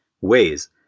ways